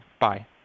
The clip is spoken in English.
Bye